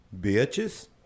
Bitches